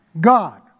God